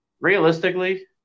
Realistically